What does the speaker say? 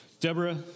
Deborah